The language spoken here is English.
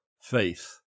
faith